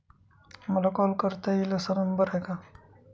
मला कॉल करता येईल असा नंबर आहे का?